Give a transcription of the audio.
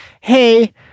hey